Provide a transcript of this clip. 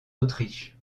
autriche